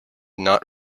not